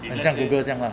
好像 Google 这样 ah